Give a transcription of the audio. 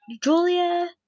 Julia